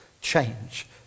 change